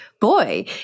boy